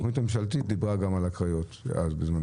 התוכנית הממשלתית דיברה גם על הקריות בזמנו.